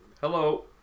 Hello